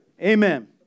Amen